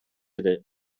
ere